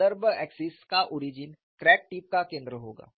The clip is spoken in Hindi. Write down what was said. संदर्भ एक्सिस का ओरिजिन क्रैक टिप का केंद्र होगा